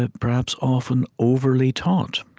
ah perhaps, often overly taught.